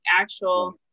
actual